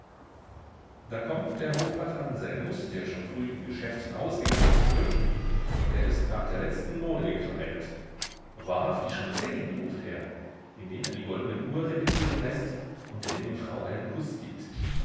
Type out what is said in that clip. da kommt der hofrat anselmus der schon früh in geschäften ausgegangen zurück er ist nach der letzten mode gekleidet wahrhaftig schon zehn ruft er indem er die goldene uhr repetieren läßt und der jungen frau einen kuß gibt